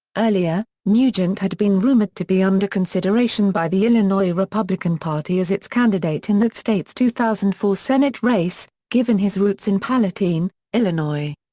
earlier, nugent had been rumored to be under consideration by the illinois republican party as its candidate in that state's two thousand and four senate race, given his roots in palatine, illinois.